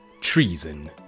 Treason